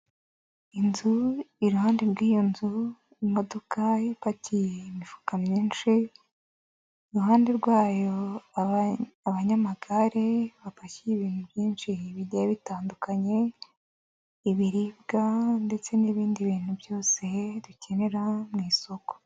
Inzu, iruhande rw'iyo nzu, imodoka ipakiye imifuka myinshi, iruhande rwayo, abanyamagare bapakiye ibintu byinshi bigiye bitandukanye, ibiribwa ndetse n'ibindi bintu byose, dukenera mu isoko.